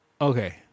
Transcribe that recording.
Okay